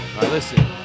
Listen